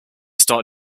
start